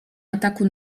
ataku